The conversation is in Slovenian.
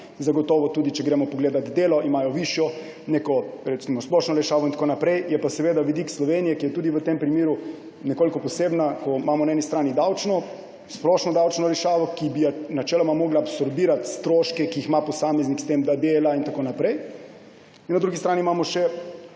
Zagotovo tudi če gremo pogledat delo, imajo višjo splošno olajšavo in tako naprej. Je pa vidik Slovenije, ki je tudi v tem primeru nekoliko posebna, ko imamo na eni strani splošno davčno olajšavo, ki bi načeloma morala absorbirati stroške, ki jih ima posameznik s tem, da dela in tako naprej. Na drugi strani pa imamo še